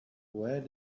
where